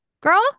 girl